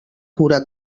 cura